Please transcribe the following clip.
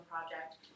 project